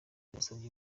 basabye